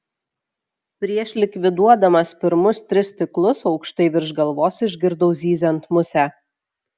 prieš likviduodamas pirmus tris stiklus aukštai virš galvos išgirdau zyziant musę